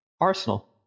Arsenal